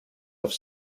auf